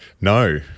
No